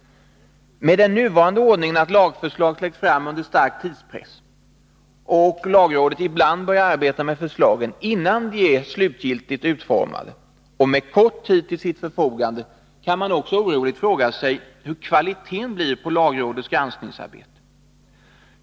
Med den nuvarande ordningen, att lagförslag läggs fram under stark tidspress och lagrådet ibland börjar arbeta med förslagen innan de är slutgiltigt, utformade och med kort tid till sitt förfogande, kan man också oroligt fråga sig hur kvaliteten på lagrådets granskningsarbete blir.